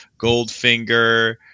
Goldfinger